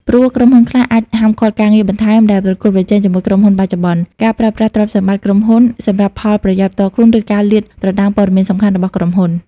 ព្រោះ ក្រុមហ៊ុនខ្លះអាចហាមឃាត់ការងារបន្ថែមដែលប្រកួតប្រជែងជាមួយក្រុមហ៊ុនបច្ចុប្បន្ន ការប្រើប្រាស់ទ្រព្យសម្បត្តិក្រុមហ៊ុនសម្រាប់ផលប្រយោជន៍ផ្ទាល់ខ្លួន ឬការលាតត្រដាងព័ត៌មានសំខាន់របស់ក្រុមហ៊ុន។